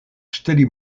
ŝteli